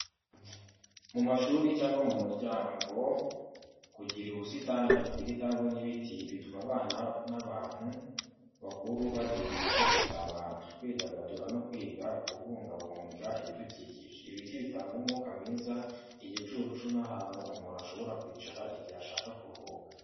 Mu mashuri cyangwa mu muryango, kugira ubusitani bufite indabo n'ibiti, bituma abana n'abantu bakuru bagira igihe cyo gusabana, kwidagadura no kwiga kubungabunga ibidukikije. ibiti bitanga umwuka mwiza, igicucu n'ahantu umuntu ashobora kwicara igihe ashaka kuruhuka.